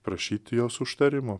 prašyti jos užtarimo